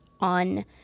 on